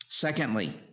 Secondly